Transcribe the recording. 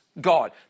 God